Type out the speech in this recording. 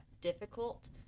difficult